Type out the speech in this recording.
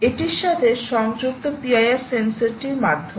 এটির সাথে সংযুক্ত PIR সেন্সরটির মাধ্যমে